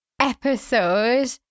episode